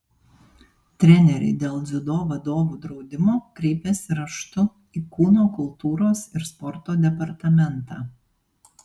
treneriai dėl dziudo vadovų draudimo kreipėsi raštu į kūno kultūros ir sporto departamentą